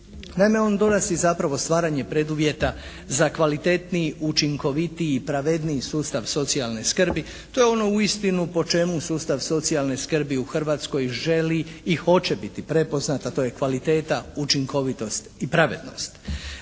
Naime on donosi zapravo stvaranje preduvjeta za kvalitetniji, učinkovitiji i pravedniji sustav socijalne skrbi. To je ono uistinu po čemu sustav socijalne skrbi u Hrvatskoj želi i hoće biti prepoznat, a to je kvaliteta, učinkovitost i pravednost.